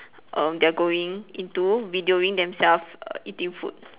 err they are going into videoing themselves uh eating food